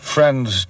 Friends